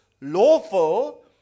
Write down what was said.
lawful